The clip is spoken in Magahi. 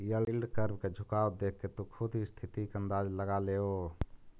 यील्ड कर्व के झुकाव देखके तु खुद ही स्थिति के अंदाज लगा लेओ